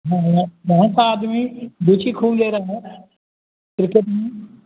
नहीं मैं बहुत आदमी रुचि खूब ले रहे हैं क्रिकेट में